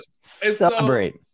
celebrate